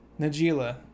Najila